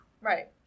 Right